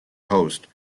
host